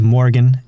Morgan